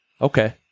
okay